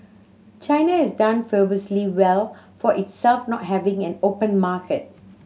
China has done fabulously well for itself not having an open market